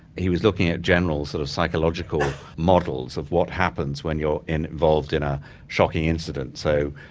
he was looking at general, sort of, psychological models of what happens when you're involved in a shocking incident. so,